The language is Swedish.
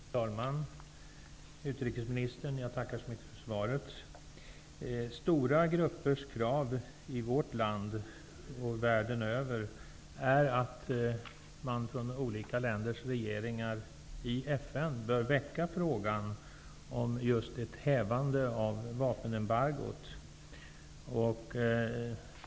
Herr talman! Jag tackar utrikesministern för svaret. Stora grupper i vårt land och världen över kräver att olika länders regeringar i FN skall väcka frågan om ett hävande av vapenembargot.